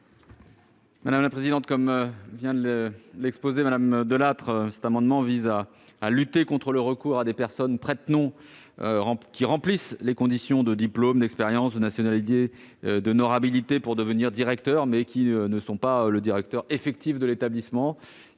de la culture ? Mme Delattre vient de le dire, cet amendement vise à lutter contre le recours à une personne prête-nom, qui remplit les conditions de diplôme, d'expérience, de nationalité et d'honorabilité pour devenir directeur, mais qui n'est pas le directeur effectif de l'établissement.